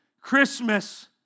Christmas